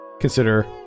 consider